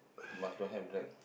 must don't have drag